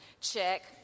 check